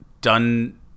done